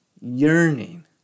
yearning